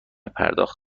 پرداخت